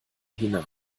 hinein